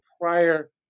prior